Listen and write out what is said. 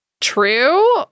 true